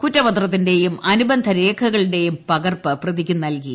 കുറ്റപത്രത്തിന്റെയും അനുബന്ധ രേഖകളുടെയും പകർപ്പ് പ്രതിക്ക് നൽകി